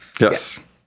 Yes